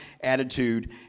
attitude